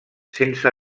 sense